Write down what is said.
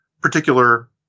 particular